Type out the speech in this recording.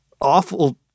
awful